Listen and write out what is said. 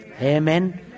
Amen